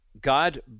God